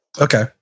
Okay